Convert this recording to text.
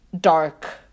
dark